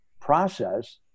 process